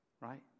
Right